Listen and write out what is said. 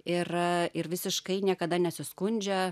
ir ir visiškai niekada nesiskundžia